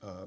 doctor